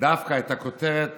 דווקא את הכותרת